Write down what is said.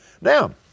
Now